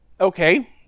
Okay